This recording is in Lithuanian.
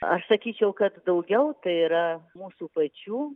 aš sakyčiau kad daugiau tai yra mūsų pačių